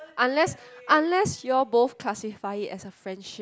unless unless you all both classify it as a friendship